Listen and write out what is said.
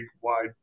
wide